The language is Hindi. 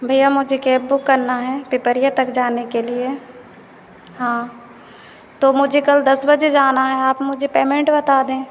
भैया मुझे कैब बुक करना है पिपरिया तक जाने के लिए हाँ तो मुझे कल दस बजे जाना है आप मुझे पेमेंट बता दें